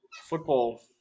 football